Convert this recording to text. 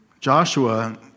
Joshua